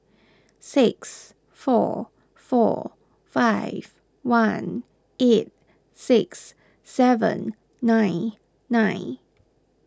six four four five one eight six seven nine nine